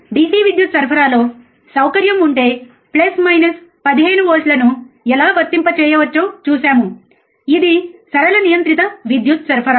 DC విద్యుత్ సరఫరాలో సౌకర్యం ఉంటే ప్లస్ మైనస్ 15 వోల్ట్లను ఎలా వర్తింపచేయవచ్చో చూశాము ఇది సరళ నియంత్రిత విద్యుత్ సరఫరా